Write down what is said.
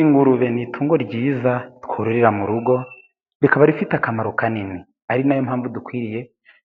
Ingurube n'itungo ryiza twororera mu rugo, rikaba rifite akamaro kanini ari nayo mpamvu dukwiriye